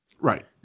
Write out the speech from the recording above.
Right